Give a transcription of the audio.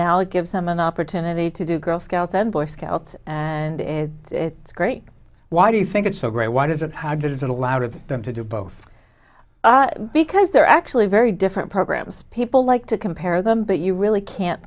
now gives them an opportunity to do girl scouts and boy scouts and it's great why do you think it's so great why does it how does a lot of them to do both because they're actually very different programs people like to compare them but you really can't